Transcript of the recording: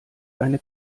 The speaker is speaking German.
eine